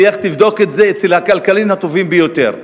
לך תבדוק את זה אצל הכלכלנים הטובים ביותר.